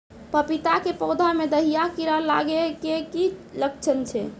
पपीता के पौधा मे दहिया कीड़ा लागे के की लक्छण छै?